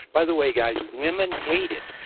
by the way guys, woman hate it,